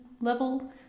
level